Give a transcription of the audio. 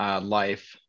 life